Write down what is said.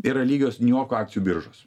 yra lygios niujorko akcijų biržos